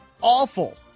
awful